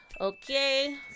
okay